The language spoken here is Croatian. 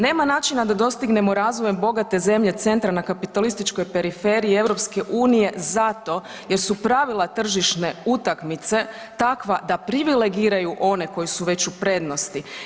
Nema načina da dostignemo razvojem bogate zemlje centra na kapitalističkoj periferiji EU zato jer su pravila tržišne utakmice takva da privilegiraju one koji su već u prednosti.